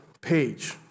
page